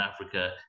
Africa